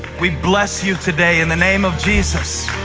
we bless you today in the name of jesus.